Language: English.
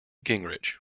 gingrich